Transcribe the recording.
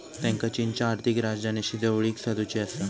त्येंका चीनच्या आर्थिक राजधानीशी जवळीक साधुची आसा